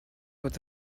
with